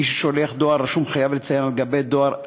מי ששולח דואר רשום חייב לציין על גבי